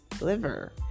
liver